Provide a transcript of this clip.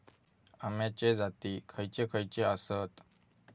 अम्याचे जाती खयचे खयचे आसत?